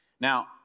Now